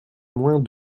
moins